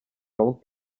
долг